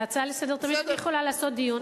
ההצעה לסדר-היום תמיד יכולה לעשות דיון.